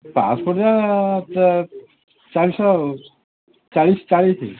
passport ଯା ଚା ଚାରିଶହ ଆଉ ଚାଳିଶି ଚାଳିଶି